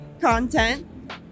content